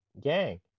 gang